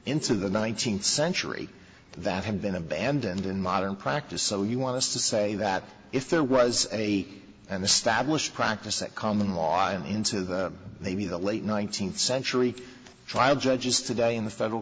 into the nineteenth century that have been abandoned in modern practice so you want to say that if there was a and the stablished practiced that common law into the maybe the late nineteenth century tribe judges today in the federal